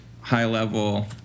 high-level